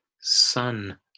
son